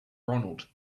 ronald